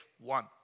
one